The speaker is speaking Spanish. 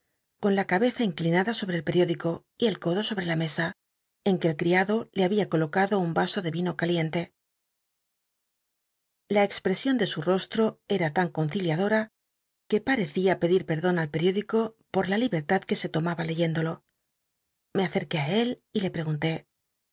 con la cabeza inclinada sobre el periódico y el codo sobrc la mesa en que el criado le hnbia colocado un vaso de vino caliente la e xpresion de slt rostro era lnn conciliadora que pal'ecia pedir pcrdon al pcriódico por la libertad que se tomaba leyéndolo le acerqué i él y le pregunté